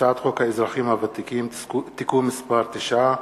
הצעת חוק האזרחים הוותיקים (תיקון מס' 9),